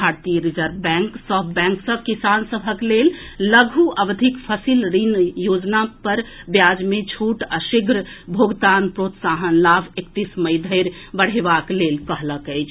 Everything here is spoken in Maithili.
भारतीय रिजर्व बैंक सभ बैंक सॅ किसान सभक लेल लघु अवधिक फसिल ऋण पर ब्याज मे छूट आ शीघ्र भुगतान प्रोत्साहन लाभ एकतीस मई धरि बढ़ेबाक लेल कहलक अछि